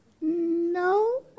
No